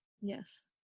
Yes